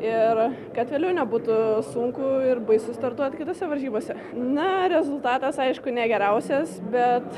ir kad vėliau nebūtų sunku ir baisu startuot kitose varžybose na rezultatas aišku ne geriausias bet